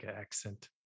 accent